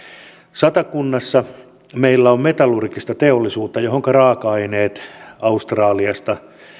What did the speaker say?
satakunnassa meillä on metallurgista teollisuutta johonka raaka aineet australiasta